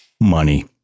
money